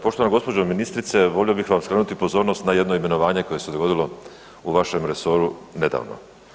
Poštovana gđo. ministrice, volio bih vam skrenuti pozornost na jedno imenovanje koje se dogodilo u vašem resoru nedavno.